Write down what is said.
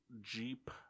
Jeep